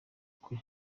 kwe